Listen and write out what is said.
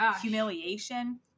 humiliation